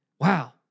wow